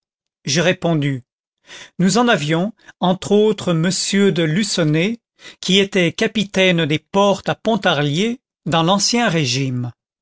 j'ai répondu nous en avions entre autres m de lucenet qui était capitaine des portes à pontarlier dans l'ancien régime